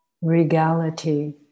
regality